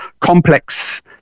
complex